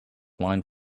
lined